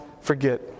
forget